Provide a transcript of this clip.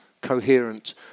coherent